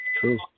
True